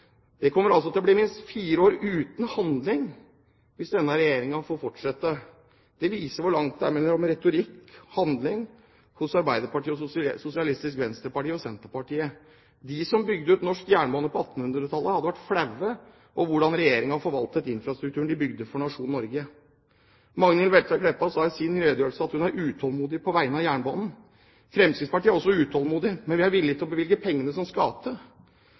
Det kommer altså til å bli minst fire år uten handling hvis denne regjeringen får fortsette. Det viser hvor langt det er mellom retorikk og handling hos Arbeiderpartiet, Sosialistisk Venstreparti og Senterpartiet. De som bygde ut norsk jernbane på 1800-tallet, hadde vært flaue over hvordan Regjeringen forvalter infrastrukturen de bygde for nasjonen Norge. Statsråd Magnhild Meltveit Kleppa sa i sin redegjørelse at hun er utålmodig på vegne av jernbanen. Fremskrittspartiet er også utålmodig, men vi er villig til å bevilge pengene som skal til.